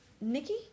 Nikki